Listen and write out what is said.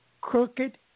crooked